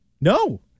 No